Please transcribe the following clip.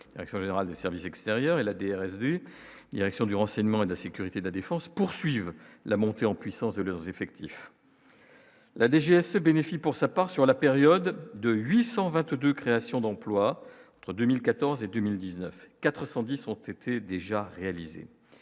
savoir la DGSE, les services extérieurs et la DRS des Direction du renseignement et de sécurité de la Défense, poursuivent la montée en puissance de leurs effectifs. La DGAC bénéficie pour sa part sur la période de 822 créations d'emplois 2014 et 2019 410 ont été déjà réalisés,